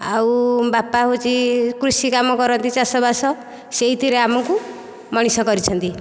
ଆଉ ବାପା ହେଉଛି କୃଷି କାମ କରନ୍ତି ଚାଷବାସ ସେହିଥିରେ ଆମକୁ ମଣିଷ କରିଛନ୍ତି